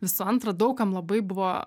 visų antra daug kam labai buvo